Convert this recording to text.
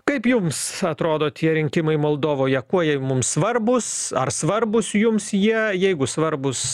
kaip jums atrodo tie rinkimai moldovoje kuo jie mums svarbūs ar svarbūs jums jie jeigu svarbūs